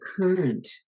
current